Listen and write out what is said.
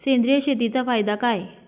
सेंद्रिय शेतीचा फायदा काय?